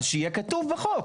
אז שיהיה כתוב בחוק,